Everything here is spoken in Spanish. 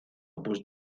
opus